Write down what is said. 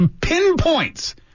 pinpoints